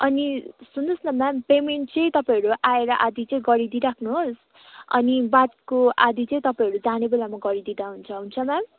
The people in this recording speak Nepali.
अनि सुन्नुहोस् न म्याम पेमेन्ट चाहिँ तपाईँहरू आएर आधी चाहिँ गरिदिई राख्नुहोस् अनि बादको आधी चाहिँ तपाईँहरू जाने बेलामा गरिदिँदा हुन्छ हुन्छ म्याम